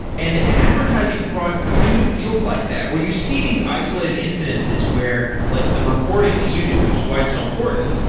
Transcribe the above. and advertising fraud kind of feels like that, where you see these isolated incidences where like the reporting that you do, which is why it's so important,